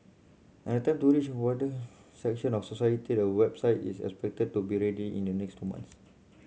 and tend to reach a wider section of society a website is expected to be ready in the next two month